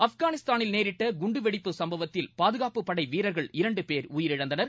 ஆப்காளிஸ்தானில் நேரிட்ட குண்டுவெடிப்பு சம்பவத்தில் பாதுகாப்புப் படை வீரர்கள் இரண்டு பேர் உயிரிழந்தனர்